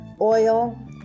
oil